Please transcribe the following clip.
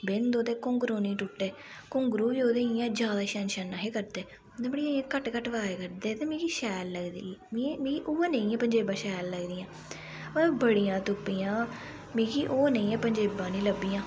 बिंद ओह्दे घुंगरू नी टुटे घुघरू बी ओह्दे इ'यां ज्यादा छन छन नेहे करदे ते बड़ियां इ'यां घट्ट घट्ट अवाज करदे ते मिगी शैल लगदी ही मिगी मिगी उ'यै नेहियां पंजेबां शैल लगदियां पर बड़ियां तुप्पियां मिगी ओह् नेहियां पंजेबां नी लब्भियां